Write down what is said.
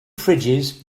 fridges